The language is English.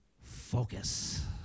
focus